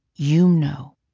you know,